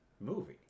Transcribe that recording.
movie